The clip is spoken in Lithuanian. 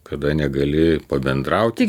kada negali pabendrauti